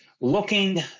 Looking